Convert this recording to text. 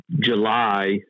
July